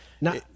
now